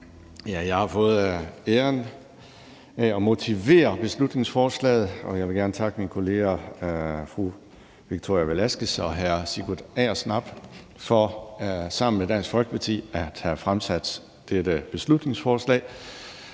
Jeg har fået æren af at motivere beslutningsforslaget, og jeg vil gerne takke mine kolleger fru Victoria Velasquez og hr. Sigurd Agersnap for sammen med Dansk Folkeparti at have fremsat dette beslutningsforslag.